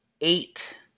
eight